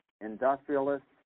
industrialists